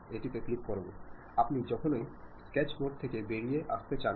ഈ സഹകരണം പശ്ചാത്തലത്തെയും അനുഭവത്തെയും അടിസ്ഥാനമാക്കിയുള്ളതാണ്